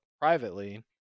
privately